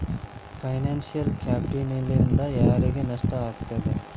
Financial ಕ್ಯಾಪಿಟಲ್ನಿಂದಾ ಯಾರಿಗ್ ನಷ್ಟ ಆಗ್ತದ?